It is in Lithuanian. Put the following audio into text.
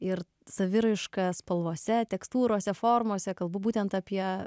ir saviraiška spalvose tekstūrose formose kalbu būtent apie